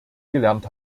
gelernt